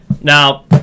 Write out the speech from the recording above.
Now